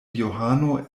johano